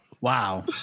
Wow